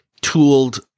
tooled